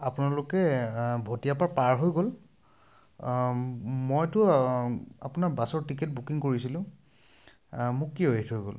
আপোনালোকে ভটিয়াৰপৰা পাৰ হৈ গ'ল মইতো আপোনাৰ বাছত টিকেট বুকিং কৰিছিলোঁ মোক কিয় এৰি থৈ গ'ল